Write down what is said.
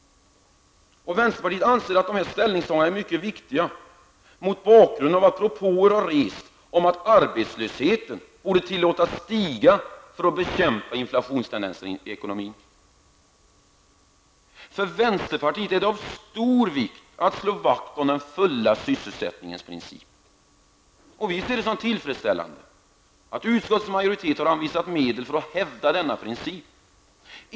Vänsterpartiet anser att dessa ställningstaganden är mycket viktiga mot bakgrund av att propåer har rests om att arbetslösheten borde tillåtas stiga för att bekämpa inflationstendenser i ekonomin. För vänsterpartiet är det av stor vikt att slå vakt om den fulla sysselsättningens princip, och vi ser det som tillfredsställande att skatteutskottets majoritet har anvisat medel för att hävda denna princip.